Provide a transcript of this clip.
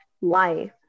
life